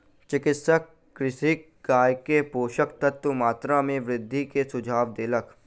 चिकित्सक कृषकक गाय के पोषक तत्वक मात्रा में वृद्धि के सुझाव देलक